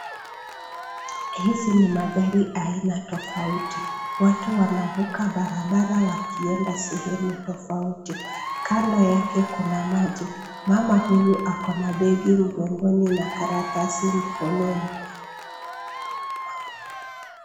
Hizi ni magari aina tofauti. Watu wanavuka barabara wakienda sehemu tofauti .Kando yake kuna maji. Mama huyu ako na begi mgongoni na karatasi mkononi.